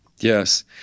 Yes